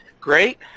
Great